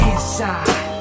Inside